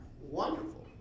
wonderful